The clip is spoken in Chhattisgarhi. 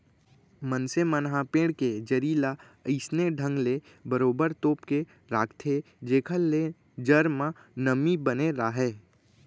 मनसे मन ह पेड़ के जरी ल अइसने ढंग ले बरोबर तोप के राखथे जेखर ले जर म नमी बने राहय